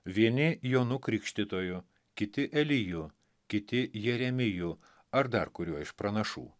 vieni jonu krikštytoju kiti eliju kiti jeremiju ar dar kuriuo iš pranašų